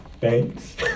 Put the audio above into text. Thanks